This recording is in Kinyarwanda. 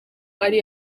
ari